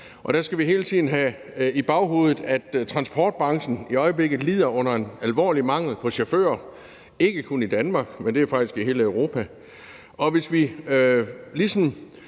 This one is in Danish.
Der skal vi hele tiden have i baghovedet, at transportbranchen i øjeblikket lider under en alvorlig mangel på chauffører, ikke kun i Danmark, men faktisk i hele Europa, og det, at man ligesom